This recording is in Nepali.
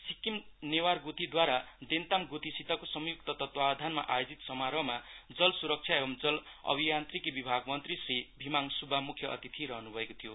सिक्किम नेवार ग्थीद्रवारा देन्ताम ग्थीसितको संयुक्त तत्वावधानमा आयोजित समारोहमा जल सुरक्षा एवम् जन अभिमान्त्रीकी विभाग मन्त्री श्री भिमहाङ सुब्बा मुख्य अतिथि हुनुहुन्थ्यो